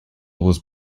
was